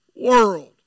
world